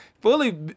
fully